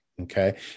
okay